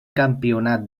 campionat